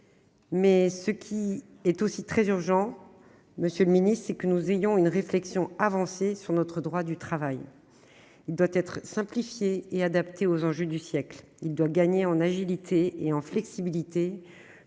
Mais il est également très urgent, monsieur le ministre, de mener une réflexion avancée sur notre droit du travail. Celui-ci doit être simplifié et adapté aux enjeux du siècle. Il doit gagner en agilité et en flexibilité